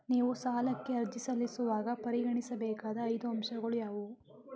ನೀವು ಸಾಲಕ್ಕೆ ಅರ್ಜಿ ಸಲ್ಲಿಸುವಾಗ ಪರಿಗಣಿಸಬೇಕಾದ ಐದು ಅಂಶಗಳು ಯಾವುವು?